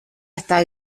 hasta